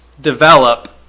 develop